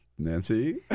Nancy